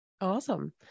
Awesome